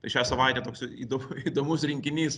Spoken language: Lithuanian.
tai šią savaitę toks įdom įdomus rinkinys